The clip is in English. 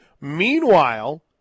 Meanwhile